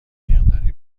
مقداری